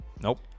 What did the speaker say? Nope